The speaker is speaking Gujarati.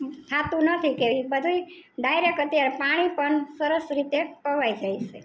થાતું નથી કે બધુંય ડાયરેક અત્યારે પાણી પણ સરસ રીતે પીવાઈ જાય છે